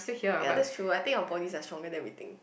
ya that's true I think our bodies are strong than we think